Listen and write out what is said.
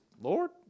Lord